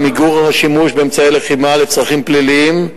למיגור השימוש באמצעי לחימה לצרכים פליליים.